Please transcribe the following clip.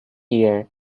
year